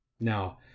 now